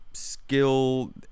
Skill